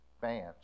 Fans